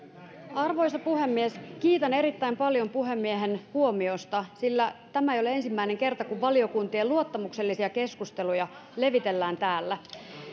arvoisa puhemies kiitän erittäin paljon puhemiehen huomiosta sillä tämä ei ole ensimmäinen kerta kun valiokuntien luottamuksellisia keskusteluja levitellään täällä